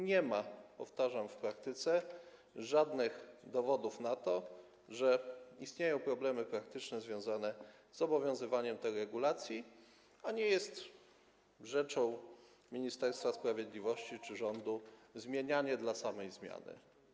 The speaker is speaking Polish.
Nie ma, powtarzam, w praktyce żadnych dowodów na to, że istnieją problemy związane z obowiązywaniem tej regulacji w praktyce, a nie jest rzeczą Ministerstwa Sprawiedliwości czy rządu zmienianie czegoś dla samej zmiany.